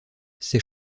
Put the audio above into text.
ses